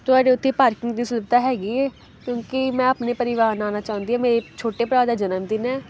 ਤੁਹਾਡੇ ਉੱਥੇ ਪਾਰਕਿੰਗ ਦੀ ਸੁਵਿਧਾ ਹੈਗੀ ਹੈ ਕਿਉਂਕਿ ਮੈਂ ਆਪਣੇ ਪਰਿਵਾਰ ਨਾਲ ਆਉਣਾ ਚਾਹੁੰਦੀ ਹਾਂ ਮੇਰੇ ਛੋਟੇ ਭਰਾ ਦਾ ਜਨਮ ਦਿਨ ਹੈ